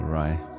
right